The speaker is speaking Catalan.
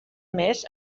més